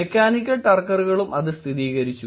mechanical ടർക്കറുകളും അത് സ്ഥിരീകരിച്ചു